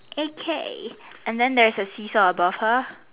okay and then there's a see saw above her